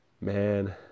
man